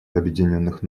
объединенных